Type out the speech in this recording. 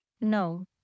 No